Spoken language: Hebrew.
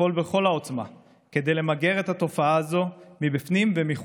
לפעול בכל העוצמה למגר את התופעה הזאת מבפנים ומחוץ.